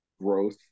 growth